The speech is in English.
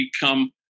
become